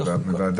החוקה,